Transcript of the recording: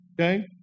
okay